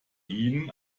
ihnen